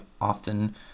often